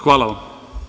Hvala vam.